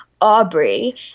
Aubrey